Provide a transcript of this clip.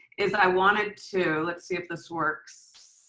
is i wanted to let's see if this works.